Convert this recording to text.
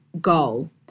goal